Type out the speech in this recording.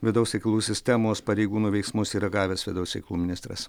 vidaus reikalų sistemos pareigūnų veiksmus yra gavęs vidaus reikalų ministras